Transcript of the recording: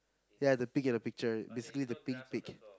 ya the pig in the picture basically the pink pig